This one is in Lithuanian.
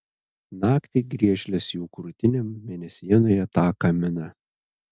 naktį griežlės jų krūtinėm mėnesienoje taką mina